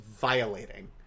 violating